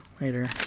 later